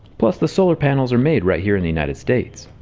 plus the solar panels are made right here in the united states.